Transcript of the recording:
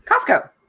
Costco